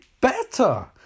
better